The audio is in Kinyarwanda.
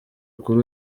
kuri